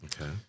Okay